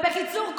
בקיצור,